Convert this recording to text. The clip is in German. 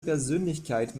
persönlichkeit